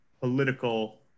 political